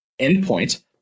endpoint